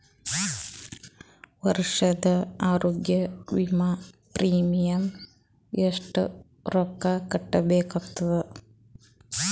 ವರ್ಷದ ಆರೋಗ್ಯ ವಿಮಾ ಪ್ರೀಮಿಯಂ ಎಷ್ಟ ರೊಕ್ಕ ಕಟ್ಟಬೇಕಾಗತದ?